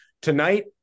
Tonight